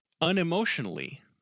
unemotionally